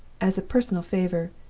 as a personal favor,